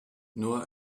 nur